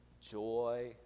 joy